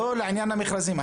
לא, לעניין המכרזים.